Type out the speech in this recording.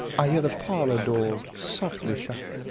i hear the parlor door softly shut,